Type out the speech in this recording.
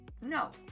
no